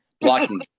Blocking